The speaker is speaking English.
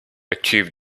achieved